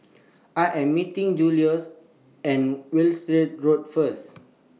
I Am meeting Julio At Wiltshire Road First